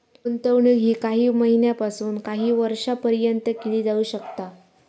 गुंतवणूक ही काही महिन्यापासून काही वर्षापर्यंत केली जाऊ शकता